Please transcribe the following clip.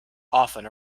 often